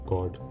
God